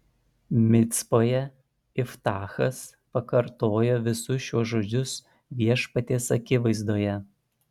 micpoje iftachas pakartojo visus šiuos žodžius viešpaties akivaizdoje